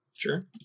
Sure